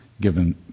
given